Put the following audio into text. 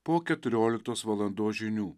po keturioliktos valandos žinių